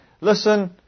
listen